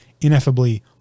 ineffably